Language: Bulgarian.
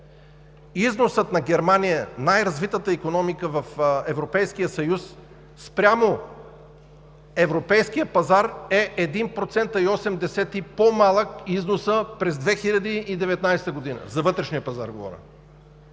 Износът на Германия – най-развитата икономика в Европейския съюз, спрямо европейския пазар е с 1,8% по-малък през 2019 г. – за вътрешния пазар говоря.